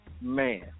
man